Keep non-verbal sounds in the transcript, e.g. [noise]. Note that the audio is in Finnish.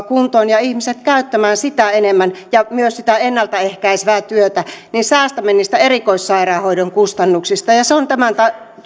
[unintelligible] kuntoon ja ihmisiä käyttämään sitä enemmän ja myös sitä ennalta ehkäisevää työtä niin säästämme niistä erikoissairaanhoidon kustannuksista ja ja se on tämän